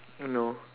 no